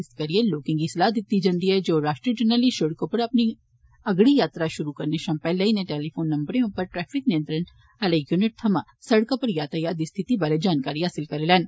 इस करियै लोकें गी एह् सलाह दित्ती गेई ऐ जे ओह् राष्ट्री जरनैली सिड़कै पर अपनी अगड़ी यात्रा शुरु करने शा पैह्ले इनें टेलीफोन नम्बरें उपपर ट्रैफिक नियंत्रण आह्ले युनिटें थमां सिड़कै पर यातायात दी स्थिति बारै जानकारी हासल करी लैन